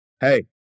Hey